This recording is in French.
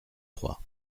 trois